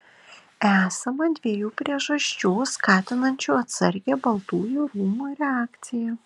esama dviejų priežasčių skatinančių atsargią baltųjų rūmų reakciją